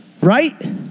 Right